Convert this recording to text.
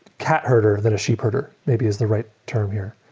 cat herder than a sheepherder maybe is the right term here.